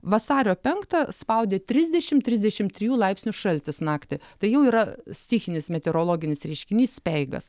vasario penktą spaudė trisdešim trisdešim trijų laipsnių šaltis naktį tai jau yra stichinis meteorologinis reiškinys speigas